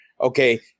okay